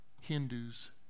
Hindus